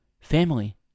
family